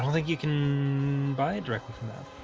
um think you can buy directly from that oh,